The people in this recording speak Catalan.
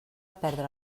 perdre